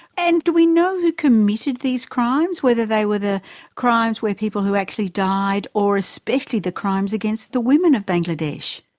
and do we know who committed these crimes, whether they were the crimes where people who actually died or especially the crimes against the women of bangladesh?